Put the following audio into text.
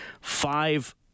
Five